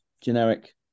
generic